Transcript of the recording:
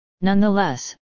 Nonetheless